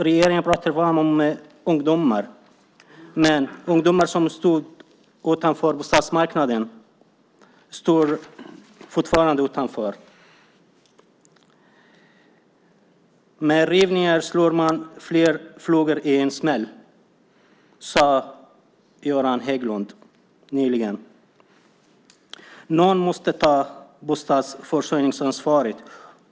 Regeringen pratar varmt om ungdomar, men ungdomar som stod utanför bostadsmarknaden står fortfarande utanför. Med rivningar slår man flera flugor i en smäll, sade Göran Hägglund nyligen. Någon måste ta bostadsförsörjningsansvaret.